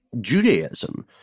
Judaism